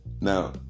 Now